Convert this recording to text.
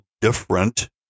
different